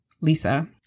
Lisa